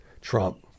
Trump